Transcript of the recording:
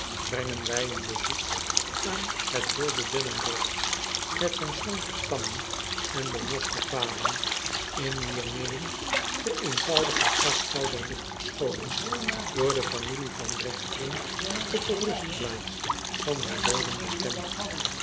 brengen wij een bezoek aan het wilde dennenbosch met zijn slanke stammen en bemoste paden in wier midden de eenvoudige grafkelder ligt verscholen door de familie van echteren tot de rustplaats van haar dooden bestemd